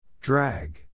Drag